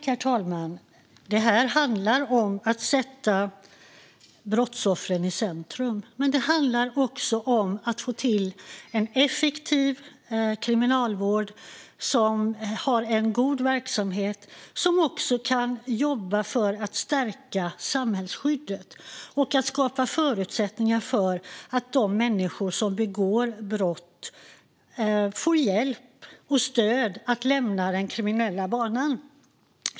Herr talman! Det här handlar om att sätta brottsoffren i centrum. Men det handlar också om en effektiv kriminalvård som har en god verksamhet och som också kan jobba för att stärka samhällsskyddet och skapa förutsättningar för människor som begår brott att få hjälp och stöd att lämna den kriminella banan.